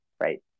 right